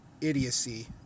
idiocy